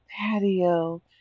patio